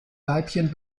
weibchen